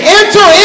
enter